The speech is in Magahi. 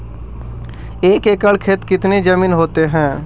एक एकड़ खेत कितनी जमीन होते हैं?